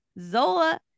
Zola